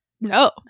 no